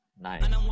Nice